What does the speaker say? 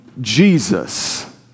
Jesus